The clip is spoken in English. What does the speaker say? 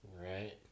right